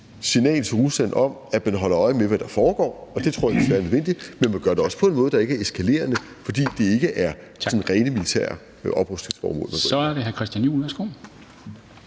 signal til Rusland om, at man holder øje med, hvad der foregår, og det tror jeg desværre er nødvendigt, men man gør det også på en måde, der ikke er eskalerende, fordi det ikke er sådan rene militære oprustningsformål, man går ind med.